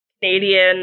Canadian